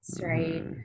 right